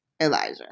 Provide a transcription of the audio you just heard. Elijah